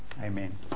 Amen